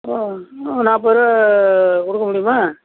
ஆ ஒரு நாற்பதுருவா கொடுக்க முடியுமா